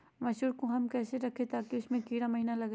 मसूर को हम कैसे रखे ताकि उसमे कीड़ा महिना लगे?